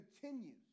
continues